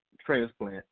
transplant